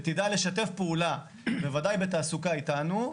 שתדע לשתף פעולה, בוודאי בתעסוקה, איתנו.